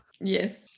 yes